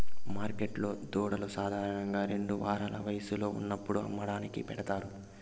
మార్కెట్లో దూడలు సాధారణంగా రెండు వారాల వయస్సులో ఉన్నప్పుడు అమ్మకానికి పెడతారు